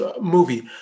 movie